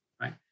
right